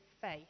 faith